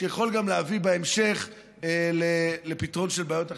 ויכול גם להביא בהמשך לפתרון של בעיות אחרות.